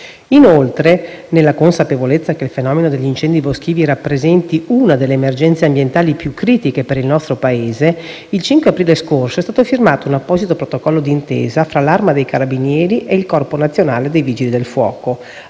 Inoltre, nella consapevolezza che il fenomeno degli incendi boschivi rappresenti una delle emergenze ambientali più critiche per il nostro Paese, il 5 aprile scorso è stato firmato un apposito protocollo d'intesa tra l'Arma dei carabinieri e il Corpo nazionale dei vigili del fuoco,